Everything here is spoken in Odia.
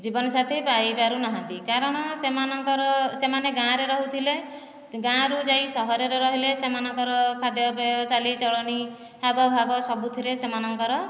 ଜୀବନ ସାଥି ପାଇପାରୁ ନାହାନ୍ତି କାରଣ ସେମାନଙ୍କର ସେମାନେ ଗାଁରେ ରହୁଥିଲେ ଗାଁରୁ ଯାଇ ସହରରେ ରହିଲେ ସେମାନଙ୍କର ଖାଦ୍ୟ ପେୟ ଚାଲିଚଳଣୀ ହାବ ଭାବ ସବୁଥିରେ ସେମାନଙ୍କର